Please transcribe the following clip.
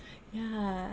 yah